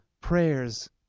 prayers